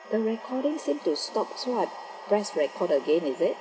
the recording seem to stop so I press record again is it